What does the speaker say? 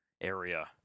area